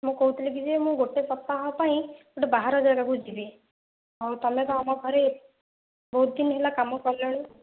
ମୁଁ କହୁଥିଲି କି ଯେ ମୁଁ ଗୋଟିଏ ସପ୍ତାହ ପାଇଁ ଗୋଟିଏ ବାହାର ଜାଗାକୁ ଯିବି ଆଉ ତୁମେ ତ ଆମ ଘରେ ବହୁତ ଦିନ ହେଲା କାମ କଲଣି